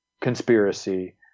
conspiracy